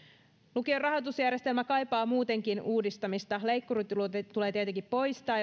lukion rahoitusjärjestelmä kaipaa muutenkin uudistamista leikkurit tulee tietenkin poistaa